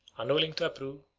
unwilling to approve,